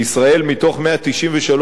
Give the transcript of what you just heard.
מתוך 193 מדינות,